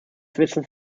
wissens